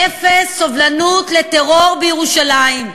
אפס סובלנות לטרור בירושלים.